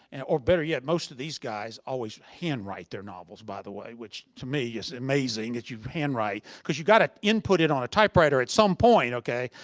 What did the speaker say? and or better yet, most of these guys always hand write their novels, by the way, which to me is amazing that you hand write. cause you gotta input it on a typewriter at some point, okay?